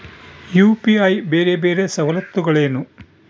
UPI ಬೇರೆ ಬೇರೆ ಸವಲತ್ತುಗಳೇನು?